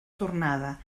tornada